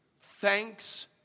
Thanks